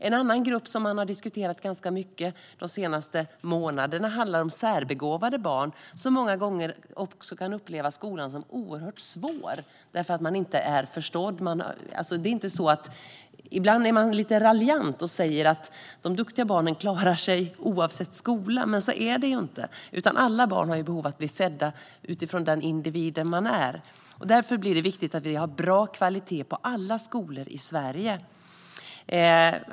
En annan grupp som man har diskuterat ganska mycket de senaste månaderna är särbegåvade barn, som många gånger kan uppleva skolan som oerhört svår därför att de inte blir förstådda. Ibland är man lite raljant och säger att de duktiga barnen klarar sig oavsett skola, men så är det inte. Alla barn har behov av att bli sedda utifrån de individer de är. Därför är det viktigt att vi har en bra kvalitet i alla skolor i Sverige.